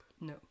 No